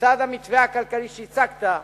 לצד המתווה הכלכלי שהצגת,